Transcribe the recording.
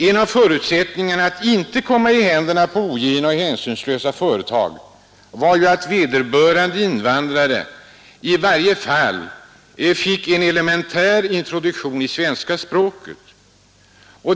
En av förutsättningarna att inte komma i händerna på ogina och hänsynslösa företagare var att vederbörande invandrare i varje fall fick en elementär introduktion i svenska språket.